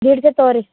ದೇಡ್ಶೇ ತಗೋ ರೀ